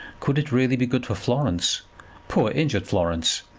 could it really be good for florence poor injured florence,